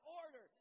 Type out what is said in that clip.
order